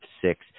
six